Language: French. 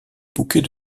bouquet